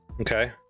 okay